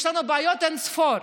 יש לנו בעיות אין-ספור.